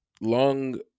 Long